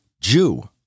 Jew